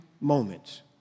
moments